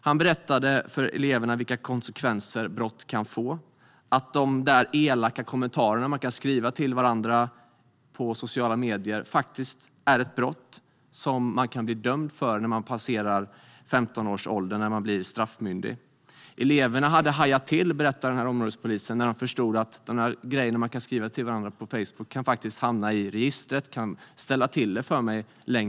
Han berättade för eleverna vilka konsekvenser brott kan få - att de där elaka kommentarerna man kan skriva till varandra på sociala medier faktiskt är ett brott som man kan bli dömd för när man passerar 15 års ålder och blir straffmyndig. Områdespolisen berättade att eleverna hade hajat till när de förstod att grejerna man skriver till varandra på Facebook faktiskt kan hamna i registret och ställa till det längre fram.